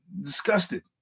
disgusted